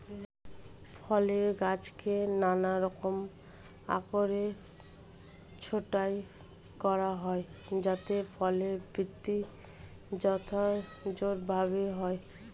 ফলের গাছকে নানারকম আকারে ছাঁটাই করা হয় যাতে ফলের বৃদ্ধি যথাযথভাবে হয়